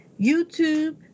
YouTube